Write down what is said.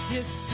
Yes